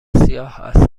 سیاه